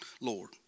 Lord